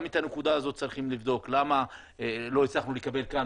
גם את הנקודה הזאת צריך לבדוק למה לא הצלחנו לקבל כאן